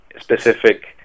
specific